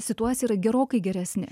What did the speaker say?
situacija yra gerokai geresnė